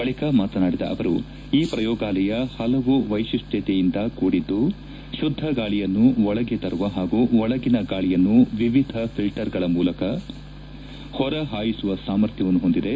ಬಳಿಕ ಮಾತನಾಡಿದ ಅವರು ಈ ಪ್ರಯೋಗಾಲಯ ಹಲವು ವೈಶಿಷ್ಟ್ಯತೆಯಿಂದ ಕೂಡಿದ್ದು ಶುದ್ಧ ಗಾಳಿಯನ್ನು ಒಳಗೆ ತರುವ ಹಾಗೂ ಒಳಗಿನ ಗಾಳಿಯನ್ನು ವಿವಿಧ ಫಿಲ್ವರ್ಗಳ ಮೂಲಕ ಹೊರ ಹಾಯಿಸುವ ಸಾಮರ್ಥ್ಯವನ್ನು ಹೊಂದಿದೆ